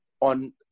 on